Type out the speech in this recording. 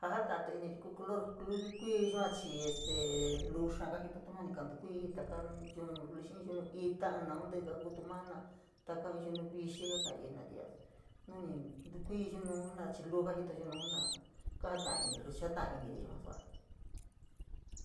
A ja tainiri ku color kui yua chii, este te luu xaaga jitotu nu tu kuiii taka yunu luli, xii ín yunu ita naun tí’íga kutu ma jena’a, taka in yunu vixiii ka karia jenari, nu ni ntu kuii yunun jena’a chii luu kajito yunun jena’a kajataini chii ruu jata’a iniri yua sua’a.